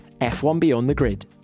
F1BeyondTheGrid